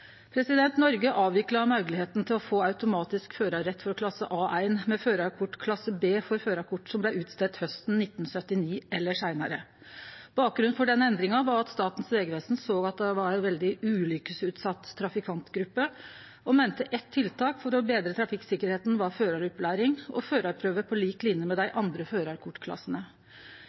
Noreg avvikla moglegheita til å få automatisk førarrett for klasse A1 med klasse B for førarkort som blei utstedt hausten 1979 eller seinare. Bakgrunnen for den endringa var at Statens vegvesen såg at det var ei veldig ulykkesutsett trafikantgruppe og meinte at eitt tiltak for å betre trafikksikkerheita var føraropplæring og førarprøve på lik linje med dei andre førarkortklassene.